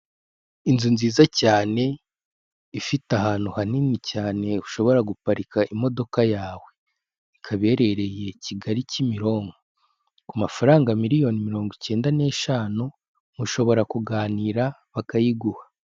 Inzu nziza cyane ifite ahantu hanini cyane ushobora guparika imodoka yawe, ikaba iherereye Kigali Kimironko, ku mafaranga miliyoni mirongo icyenda n'eshanu mushobora kuganira bakayiguha.